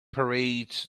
parades